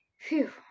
phew